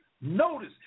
notice